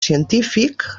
científic